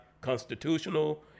constitutional